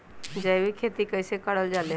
जैविक खेती कई से करल जाले?